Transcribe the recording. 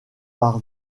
par